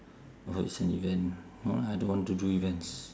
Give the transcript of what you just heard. oh it's an event no lah I don't want to do events